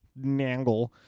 Nangle